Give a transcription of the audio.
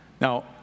Now